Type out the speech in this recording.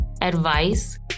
advice